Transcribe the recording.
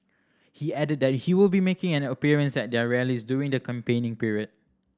he added that he will be making an appearance at their rallies during the campaigning period